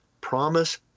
promise